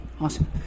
Awesome